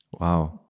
Wow